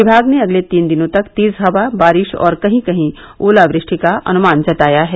विभाग ने अगले तीन दिनों तक तेज हवा बारिश और कहीं कहीं ओलावृष्टि का अनुमान जताया है